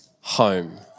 home